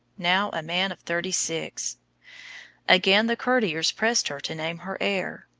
now a man of thirty-six. again the courtiers pressed her to name her heir.